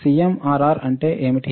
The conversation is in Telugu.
సీఎంఆర్ఆర్ అంటే ఏమిటి